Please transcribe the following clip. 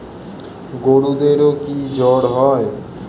গরুদেরও কি জ্বর হয়?